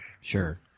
Sure